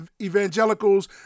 evangelicals